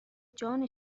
جان